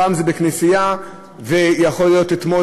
הפעם זה בכנסייה ויכול להיות שאתמול